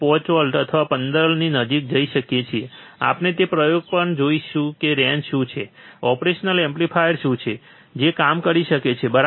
5 અથવા 15 ની નજીક જઈ શકીએ છીએ આપણે તે પ્રયોગ પણ જોઈશું કે રેંન્જ શું છે ઓપરેશનલ એમ્પ્લીફાયરની શું છે જે કામ કરી શકે છે બરાબર